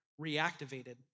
reactivated